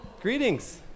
Greetings